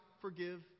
forgive